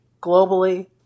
globally